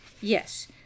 Yes